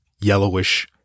yellowish